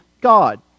God